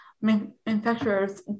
manufacturers